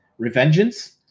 revengeance